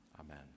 amen